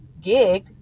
gig